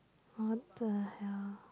what the hell